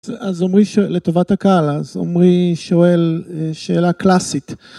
אז עמרי, לטובת הקהל, אז עמרי שואל שאלה קלאסית.